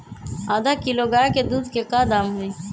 आधा किलो गाय के दूध के का दाम होई?